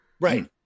Right